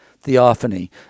theophany